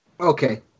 Okay